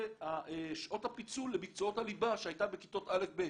שעות הפיצול למקצועות הליבה שהיה בכיתות א'-ב'.